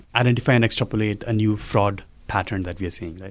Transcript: identify and extrapolate a new fraud pattern that we're seeing. like